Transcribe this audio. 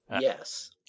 Yes